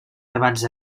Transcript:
debats